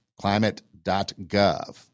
climate.gov